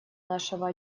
нашего